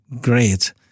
great